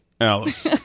Alice